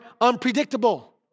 unpredictable